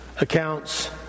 accounts